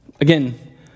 Again